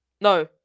no